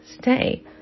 stay